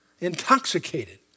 intoxicated